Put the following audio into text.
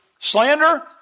Slander